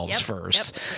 first